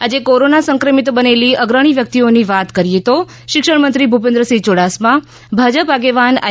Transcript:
આજે કોરોના સંક્રમિત બનેલી અગ્રણી વ્યક્તિઓની વાત કરીએ તો શિક્ષણ મંત્રી ભુપેન્દ્રસિંહ યુડાસમા ભાજપ આગેવાન આઈ